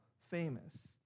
famous